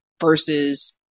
versus